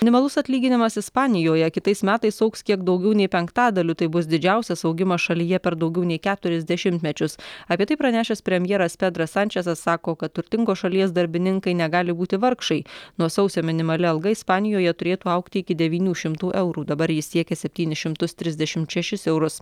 minimalus atlyginimas ispanijoje kitais metais augs kiek daugiau nei penktadaliu tai bus didžiausias augimas šalyje per daugiau nei keturis dešimtmečius apie tai pranešęs premjeras pedras sančesas sako kad turtingos šalies darbininkai negali būti vargšai nuo sausio minimali alga ispanijoje turėtų augti iki devynių šimtų eurų dabar jis siekė septynis šimtus trisdešim šešis eurus